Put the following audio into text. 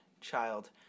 child